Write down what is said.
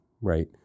right